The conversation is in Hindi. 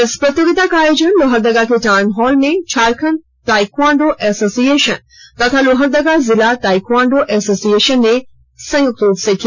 इस प्रतियोगिता का आयोजन लोहरदगा के टाउन हॉल में झारखंड ताइक्वांडो एसोसिएशन तथा लोहरदगा जिला ताइक्वांडो एसोसिएशन ने संयुक्त रूप से किया